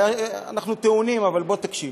אנחנו טעונים, אבל בוא תקשיב.